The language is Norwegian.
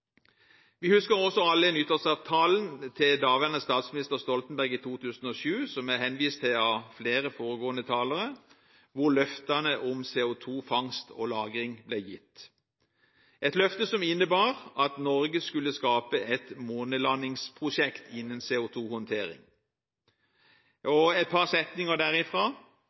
Vi husker alle også nyttårstalen til daværende statsminister Stoltenberg i 2007, som det er henvist til av flere foregående talere, hvor løftene om CO2-fangst og -lagring ble gitt, et løfte som innebar at Norge skulle skape et månelandingsprosjekt innenfor CO2-håndtering. Et par setninger